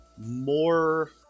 more